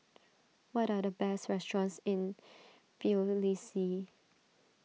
what are the best restaurants in Tbilisi